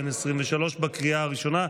אושרה בקריאה הראשונה.